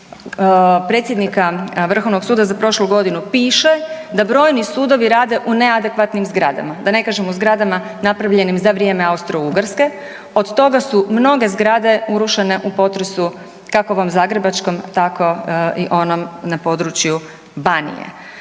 Izvješću predsjednika Vrhovnog suda za prošlu godinu piše da brojni sudovi rade u neadekvatnim zgradama, da ne kažem u zgradama napravljenim za vrijeme Austro-ugarske. Od toga su mnoge zgrade urušene u potresu kako ovom zagrebačkom, tako i onom na području Banije.